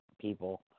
people